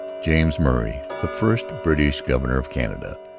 james murray, the first british governor of canada,